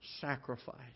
sacrifice